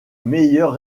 meilleurs